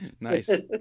Nice